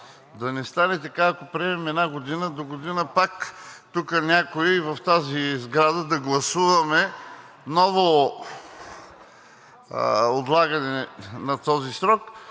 Да не стане така, ако приемем една година, догодина пак в тази сграда да гласуваме ново отлагане на този срок.